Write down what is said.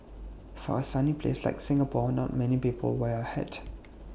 for A sunny place like Singapore not many people wear A hat